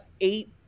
eight